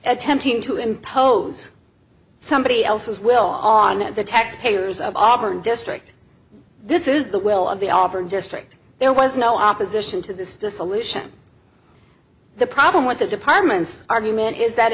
attempting to impose somebody else's will on that the taxpayers of auburn district this is the will of the auburn district there was no opposition to this dissolution the problem with the department's argument is that